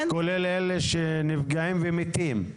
כולל אלה שנפגעים ומתים.